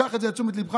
קח את זה לתשומת ליבך.